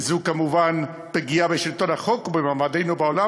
זאת כמובן פגיעה בשלטון החוק ובמעמדנו בעולם,